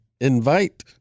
invite